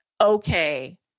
okay